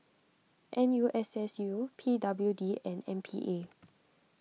N U S S U P W D and M P A